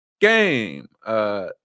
game